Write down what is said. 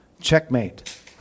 checkmate